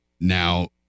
Now